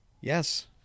Yes